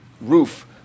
roof